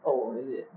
oh is it